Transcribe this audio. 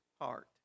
heart